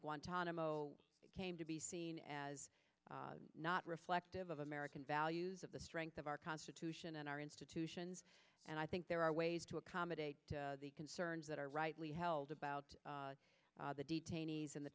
not came to be seen as not reflective of american values of the strength of our constitution and our institutions and i think there are ways to accommodate the concerns that are rightly held about the detainees and the